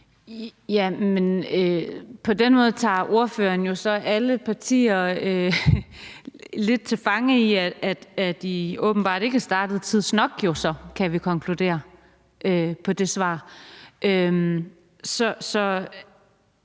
(LA): På den måde tager ordføreren jo så alle partier lidt til fange i, at de så åbenbart ikke er startet tidsnok, kan vi konkludere efter det svar. Er